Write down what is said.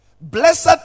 Blessed